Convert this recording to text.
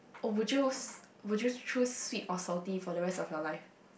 oh would you would you choose sweet or salty for the rest of your life